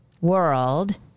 world